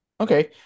okay